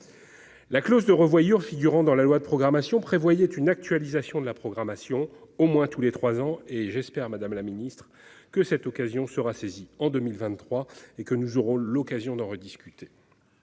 La clause de revoyure figurant dans la loi de programmation prévoyait une actualisation de la programmation au moins tous les trois ans. J'espère, madame la ministre, que cette occasion sera saisie en 2023 et que nous pourrons en rediscuter.